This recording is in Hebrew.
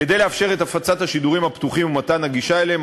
כדי לאפשר את הפצת השידורים הפתוחים ומתן גישה אליהם,